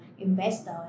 investor